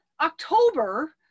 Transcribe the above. October